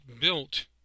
built